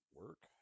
work